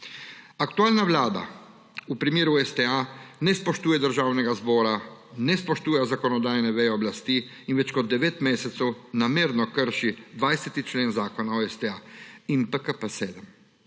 Aktualna Vlada, v primeru STA, ne spoštuje Državnega zbora, ne spoštuje zakonodajne veje oblasti in več kot 9 mesecev namerno krši 20. člen Zakona o STA in PKP-7.